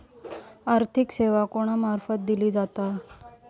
आर्थिक सेवा कोणा मार्फत दिले जातत?